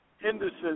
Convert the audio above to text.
Henderson